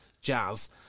jazz